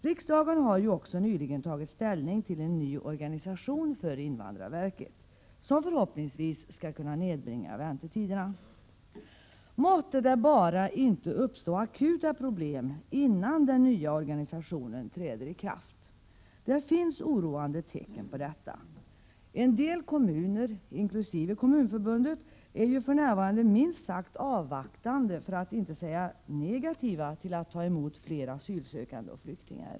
Riksdagen har ju också nyligen tagit ställning till en ny organisation för invandrarverket, som förhoppningsvis skall kunna nedbringa väntetiderna. Måtte det bara inte uppstå akuta problem innan den nya organisationen träder i kraft! Det finns oroande tecken på detta. En del kommuner — inklusive Kommunförbundet — är ju för närvarande minst sagt avvaktande, för att inte säga negativa, till att ta emot fler asylsökande och flyktingar.